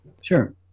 sure